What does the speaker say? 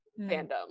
fandom